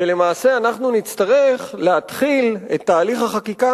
ולמעשה אנחנו נצטרך להתחיל את תהליך החקיקה